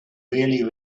rarely